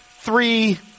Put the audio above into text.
Three